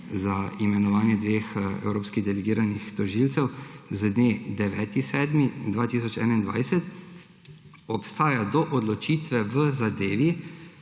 za imenovanje dveh evropskih delegiranih tožilcev z dne 9. 7. 2021 obstaja do odločitve v zadevi,